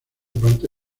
parte